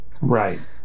Right